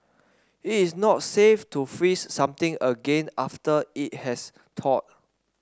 it is not safe to freeze something again after it has thawed